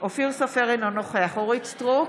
אופיר סופר, אינו נוכח אורית מלכה סטרוק,